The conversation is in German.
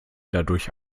dadurch